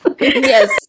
yes